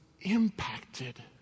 impacted